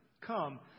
Come